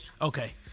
okay